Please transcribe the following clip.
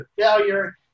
failure